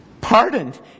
pardoned